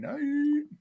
night